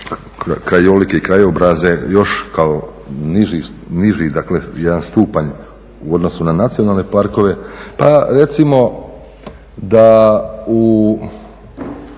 krajolike i krajobraze još kao niži jedan stupanj u odnosu na nacionalne parkove. Pa recimo da ovih